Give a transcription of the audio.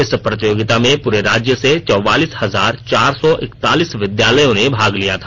इस प्रतियोगिता में पूरे राज्य से चौवालीस हजार चार सौ इकतालीस विद्यालयों ने भाग लिया था